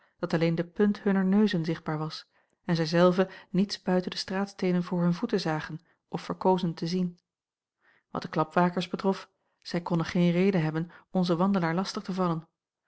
dat alleen de punt hunner neuzen zichtbaar was en zij zelve niets buiten de straatsteenen voor hun voeten zagen of verkozen te zien wat de klapwakers betrof zij konnen geen reden hebben onzen wandelaar lastig te vallen